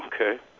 Okay